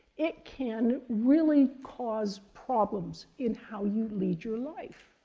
it can really cause problems in how you lead your life.